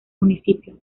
municipio